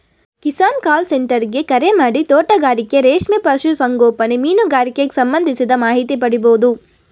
Kisan call centre ಗೆ ಕರೆಮಾಡಿ ತೋಟಗಾರಿಕೆ ರೇಷ್ಮೆ ಪಶು ಸಂಗೋಪನೆ ಮೀನುಗಾರಿಕೆಗ್ ಸಂಬಂಧಿಸಿದ ಮಾಹಿತಿ ಪಡಿಬೋದು